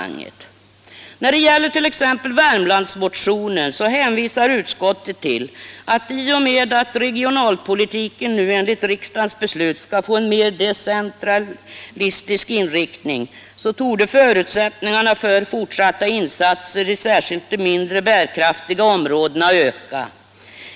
När det t.ex. gäller Värmlandsmotionen hänvisar utskottet till att i och med att regionalpolitiken nu enligt riksdagens beslut skall få en mer decentralistisk inriktning, så torde förutsättningarna för fortsatta insatser i särskilt de mindre bärkraftiga områdena öka.